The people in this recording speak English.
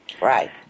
Right